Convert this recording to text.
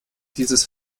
dieses